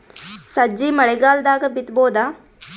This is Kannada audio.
ಸಜ್ಜಿ ಮಳಿಗಾಲ್ ದಾಗ್ ಬಿತಬೋದ?